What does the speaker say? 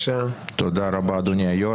תודה רבה אדוני היושב ראש.